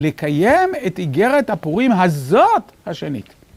לקיים את איגרת הפורים הזאת השנית.